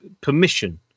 permission